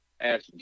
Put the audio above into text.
ask